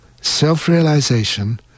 Self-realization